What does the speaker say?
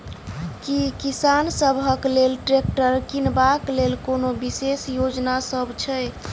की किसान सबहक लेल ट्रैक्टर किनबाक लेल कोनो विशेष योजना सब छै?